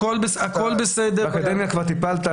הכל בסדר --- באקדמיה כבר טיפלת?